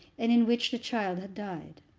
and in which the child had died.